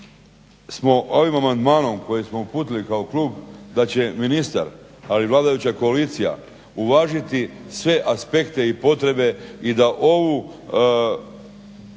smo ovim amandmanom koji smo uputili kao klub, da će ministar ali i vladajuća koalicija uvažiti sve aspekte i potrebe i da ovu